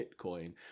Bitcoin